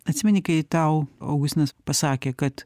atsimeni kai tau augustinas pasakė kad